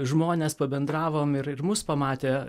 žmones pabendravom ir ir mus pamatė